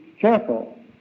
careful